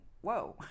whoa